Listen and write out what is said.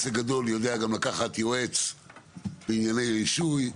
שעסק גדול יודע גם לקחת יועץ לענייני רישוי,